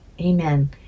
Amen